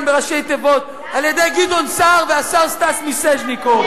בראשי תיבות על-ידי גדעון סער והשר סטס מיסז'ניקוב.